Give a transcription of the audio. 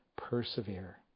persevere